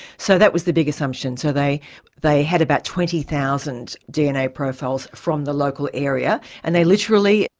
so that was the big assumption, so they they had about twenty thousand dna profiles from the local area, and they literally,